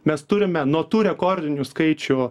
mes turime nuo tų rekordinių skaičių